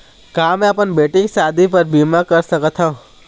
का मैं अपन बेटी के शादी बर बीमा कर सकत हव?